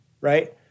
right